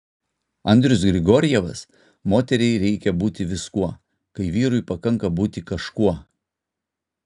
andrius grigorjevas moteriai reikia būti viskuo kai vyrui pakanka būti kažkuo